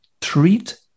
treat